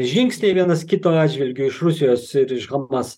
žingsniai vienas kito atžvilgiu iš rusijos ir iš hamas